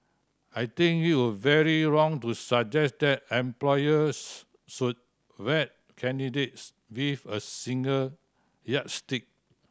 I think it would very wrong to suggest that employers should vet candidates with a single yardstick